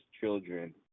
children